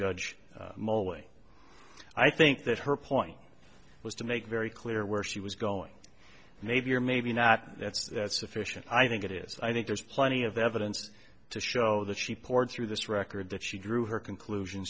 judge mol i think that her point was to make very clear where she was going maybe or maybe not that's sufficient i think it is i think there's plenty of evidence to show that she poured through this record that she drew her conclusion